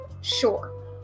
sure